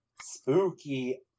spooky